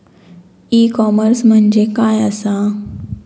E commerce म्हणजे काय असा?